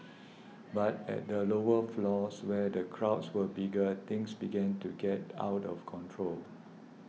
but at the lower floors where the crowds were bigger things began to get out of control